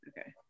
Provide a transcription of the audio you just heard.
okay